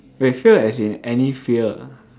wait fear as in any fear ah